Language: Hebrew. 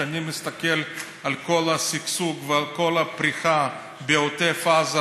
כשאני מסתכל על כל השגשוג ועל כל הפריחה בעוטף עזה,